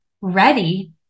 ready